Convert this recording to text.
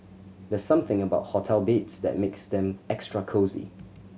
there's something about hotel beds that makes them extra cosy